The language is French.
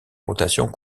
rotations